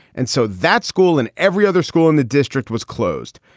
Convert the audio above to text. and so that school and every other school in the district was closed.